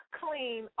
clean